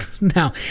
Now